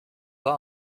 pas